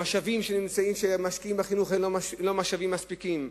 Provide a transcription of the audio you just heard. המשאבים שמשקיעים בחינוך הם לא משאבים מספיקים,